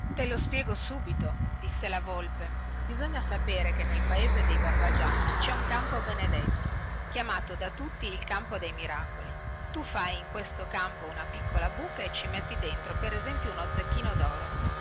te lo spiego subito disse la volpe bisogna sapere che nel paese dei barbagianni cè un campo benedetto chiamato da tutti il campo dei miracoli tu fai in questo campo una piccola buca e ci metti dentro per esempio uno zecchino doro